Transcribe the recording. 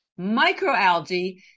microalgae